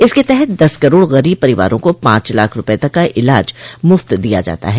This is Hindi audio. इसके तहत दस करोड़ गरीब परिवारों को पांच लाख रूपये तक का इलाज मुफ्त दिया जाता है